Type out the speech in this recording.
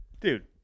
Dude